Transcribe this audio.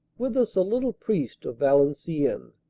with us a little priest of valenciennes,